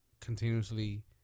continuously